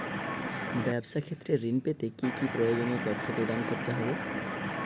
ব্যাবসা ক্ষেত্রে ঋণ পেতে কি কি প্রয়োজনীয় তথ্য প্রদান করতে হবে?